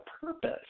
purpose